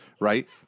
Right